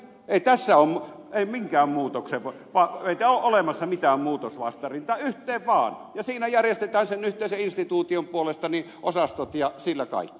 pistetään kaikki yhteen ei tässä ollut tai minkä muutoksen pakko ole olemassa mitään muutosvastarintaa yhteen vaan ja siinä järjestetään sen yhteisen instituution puolesta osastot ja siinä kaikki